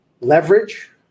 leverage